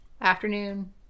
afternoon